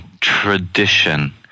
tradition